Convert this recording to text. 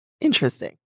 Interesting